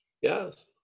Yes